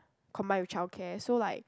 combine with childcare so like